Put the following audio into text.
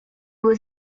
was